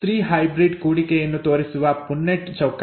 ಇದು trihybrid ಕೂಡಿಕೆಯನ್ನು ತೋರಿಸುವ ಪುನ್ನೆಟ್ ಚೌಕ